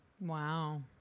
Wow